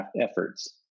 efforts